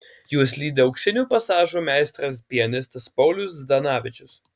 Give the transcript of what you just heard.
juos lydi auksinių pasažų meistras pianistas paulius zdanavičius